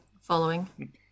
following